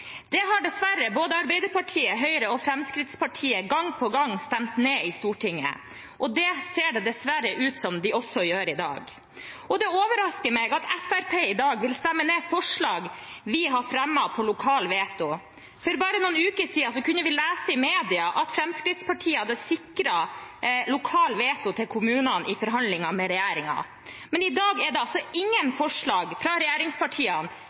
Det har dessverre både Arbeiderpartiet, Høyre og Fremskrittspartiet gang på gang stemt ned i Stortinget, og det ser det dessverre ut som om de også gjør i dag. Det overrasker meg at Fremskrittspartiet i dag stemmer ned forslag vi har fremmet for lokalt veto. For bare noen uker siden kunne vi lese i media at Fremskrittspartiet hadde sikret lokalt veto til kommunene i forhandlingene med regjeringen. Men i dag er det altså ingen forslag fra regjeringspartiene